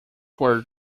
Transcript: were